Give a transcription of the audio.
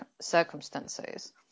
circumstances